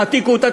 תעתיקו אותה,